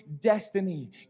destiny